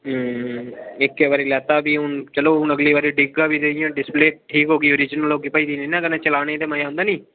इक्कै बारी लैता फ्ही हून चलो हून अगली बारी डिग्गगा बी ते इयां डिस्प्ले ठीक होगी ओरिजिनल होगी भज्जगी नी ना कन्नै चलाने ते मजा आंदा नी